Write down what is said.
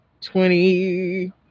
Twenty